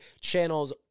channels